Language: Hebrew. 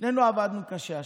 שנינו עבדנו קשה השנה.